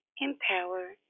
empower